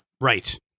Right